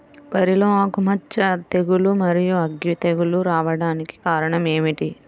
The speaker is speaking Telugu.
వరిలో ఆకుమచ్చ తెగులు, మరియు అగ్గి తెగులు రావడానికి కారణం ఏమిటి?